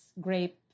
grape